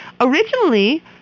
originally